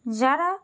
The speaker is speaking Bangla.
যারা